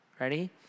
ready